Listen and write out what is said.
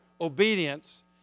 obedience